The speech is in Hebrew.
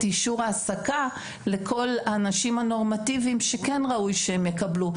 אישור העסקה לכל האנשים הנורמטיביים שכן ראוי שהם יקבלו.